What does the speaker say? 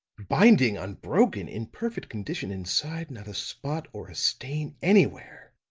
binding unbroken in perfect condition inside not a spot or a stain anywhere.